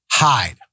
hide